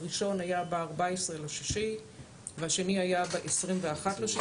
הראשון היה ב-14.6 והשני היה ב-21.6